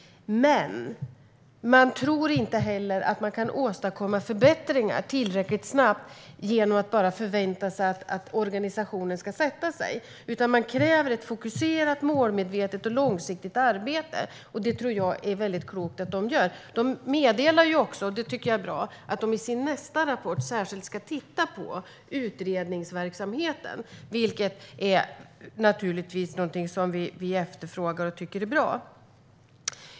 Man tror dock inte heller att man kan åstadkomma förbättringar tillräckligt snabbt genom att bara förvänta sig att organisationen ska sätta sig. Statskontoret kräver ett fokuserat, målmedvetet och långsiktigt arbete, och det tror jag är klokt. Man meddelar också, vilket jag tycker är bra, att man i sin nästa rapport särskilt ska titta på utredningsverksamheten. Det är någonting vi efterfrågar.